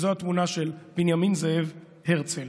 וזו התמונה של בנימין זאב הרצל.